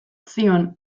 zion